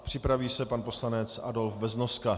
Připraví se pan poslanec Adolf Beznoska.